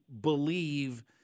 believe